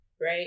right